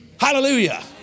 Hallelujah